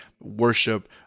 worship